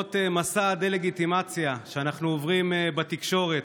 למרות מסע הדה-לגיטימציה שאנחנו עוברים בתקשורת,